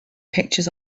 pictures